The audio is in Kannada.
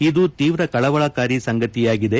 ಇದು ತೀವ್ರ ಕಳವಳಕಾರಿ ಸಂಗತಿಯಾಗಿದೆ